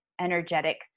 energetic